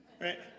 right